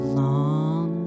long